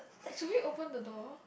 should we open the door